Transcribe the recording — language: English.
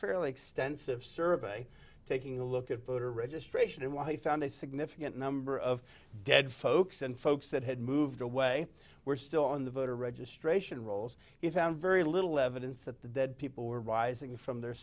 fairly extensive survey taking a look at voter registration and what they found a significant number of dead folks and folks that had moved away were still on the voter registration rolls he found very little evidence that the dead people were rising from their